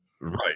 Right